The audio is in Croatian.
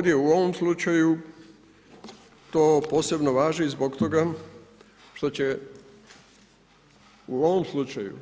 Dakle, ovdje u ovom slučaju to posebno važi zbog toga što će u ovom slučaju